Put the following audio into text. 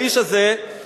האיש הזה הוא דוקטור,